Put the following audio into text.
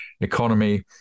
economy